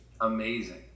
amazing